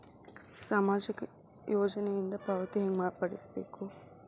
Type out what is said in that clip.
ಸಾಮಾಜಿಕ ಯೋಜನಿಯಿಂದ ಪಾವತಿ ಹೆಂಗ್ ಪಡಿಬೇಕು?